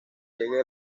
llegue